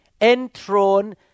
enthroned